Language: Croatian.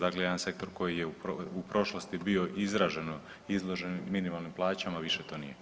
Dakle, jedan sektor koji je u prošlosti bio izraženo izložen minimalnim plaćama više to nije.